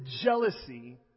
jealousy